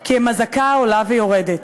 כי הם אזעקה עולה ויורדת.